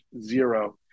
zero